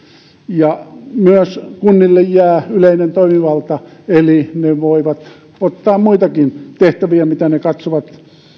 ja koulutus ja kunnille jää myös yleinen toimivalta eli ne voivat ottaa muitakin tehtäviä mitä ne ne katsovat